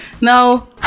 Now